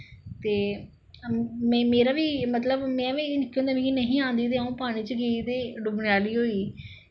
ते मेरा बी मतलब में बी केह् होंदा हा नेईं ही मिगी आंदी ते पानी च गेई ते डुब्बने आह्ली होई गेई